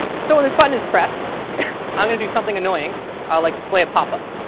so when this button is pressed i'm going to do something annoying ah like display a popup.